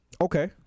Okay